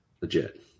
Legit